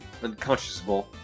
Unconsciousable